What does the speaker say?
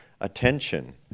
attention